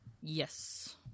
Yes